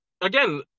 again